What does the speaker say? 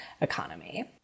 economy